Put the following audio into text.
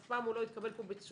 אף פעם הוא לא התקבל פה בתשואות.